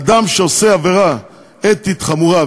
אדם שעושה עבירה אתית חמורה,